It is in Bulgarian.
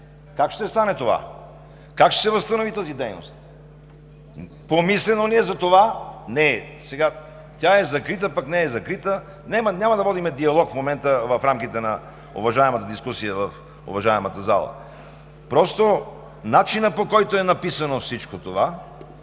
как ще стане това, как ще се възстанови тази дейност? Помислено ли е за това? Не е. Сега тя е закрита, пък не е закрита… Няма да водим диалог в момента в рамките на уважаемата дискусия в уважаемата зала. Просто начинът, по който е написано всичко това,